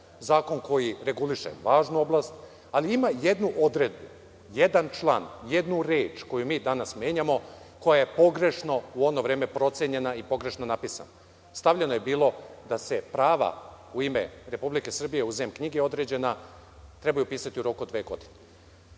zakon koji reguliše važnu oblast, ali ima jednu odredbu, jedan član, jednu reč koju mi danas menjamo, koja je pogrešno u ono vreme procenjena i pogrešno napisana. Stavljeno je bilo – da se prava u ime Republike Srbije u zemljišne knjige određena, trebaju upisati u roku od dve godine.